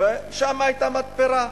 ושם היתה מתפרה.